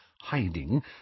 hiding